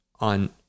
on